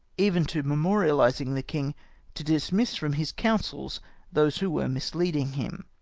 even to memoriahsing the king to dismiss from his councils those who were misleading him.